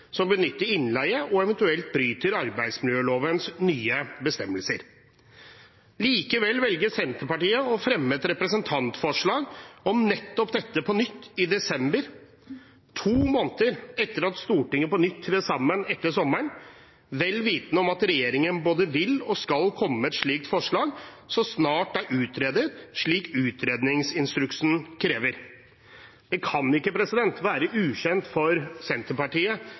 som benytter innleie og eventuelt bryter arbeidsmiljølovens nye bestemmelser. Likevel velger Senterpartiet å fremme et representantforslag om nettopp dette på nytt i desember, to måneder etter at Stortinget på nytt trådte sammen etter sommeren, og vel vitende om at regjeringen både vil og skal komme med et slikt forslag så snart det er utredet, slik utredningsinstruksen krever. Det kan ikke være ukjent for Senterpartiet